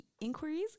inquiries